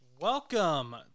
Welcome